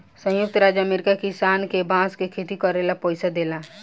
संयुक्त राज्य अमेरिका किसान के बांस के खेती करे ला पइसा देला